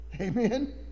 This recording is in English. Amen